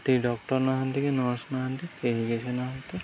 ସେଠି ଡକ୍ଟର ନାହାଁନ୍ତି କି ନର୍ସ ନାହାଁନ୍ତି କେହି କିଛି ନାହାଁନ୍ତି